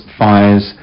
fires